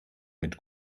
mit